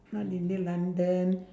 not india london